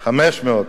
פי-500,